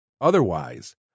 Otherwise